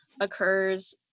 occurs